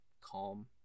calm